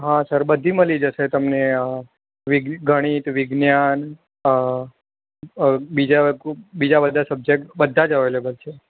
હા સર બધી મળી જશે તમને વિ ગણિત વિજ્ઞાન બીજા બધા સબ્જેકટ બધા જ અવેલેબલ છે